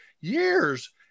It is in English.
years